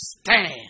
stand